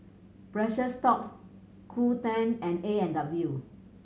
Precious Thots Qoo ten and A and W